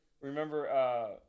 Remember